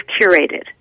curated